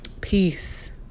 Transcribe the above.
Peace